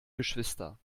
geschwister